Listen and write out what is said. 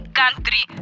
country